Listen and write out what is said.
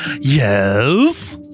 Yes